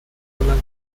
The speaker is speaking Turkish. olan